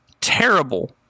terrible